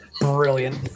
Brilliant